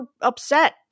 upset